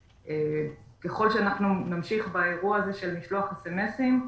ככל שאנחנו נמשיך באירוע הזה של משלוח SMS,